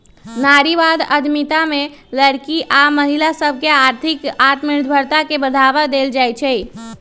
नारीवाद उद्यमिता में लइरकि आऽ महिला सभके आर्थिक आत्मनिर्भरता के बढ़वा देल जाइ छइ